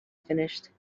finished